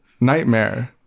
nightmare